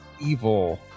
evil